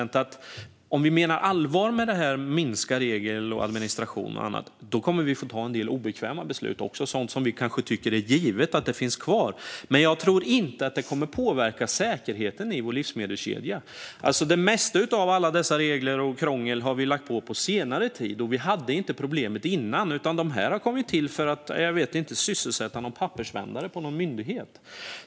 Jag tror att om vi menar allvar med att minska på regler och administration och annat kommer vi att få ta en del obekväma beslut. Det kan vara sådant som vi tycker är givet att det ska finnas kvar, men jag tror inte att det kommer att påverka säkerheten i vår livsmedelskedja. Det mesta av krångel och regler har vi lagt på under senare tid. Vi hade inte problemet innan, utan det här har kommit till för att, ja, jag vet inte - sysselsätta någon pappersvändare på någon myndighet?